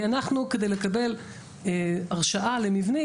כדי לקבל הרשאה למבנים,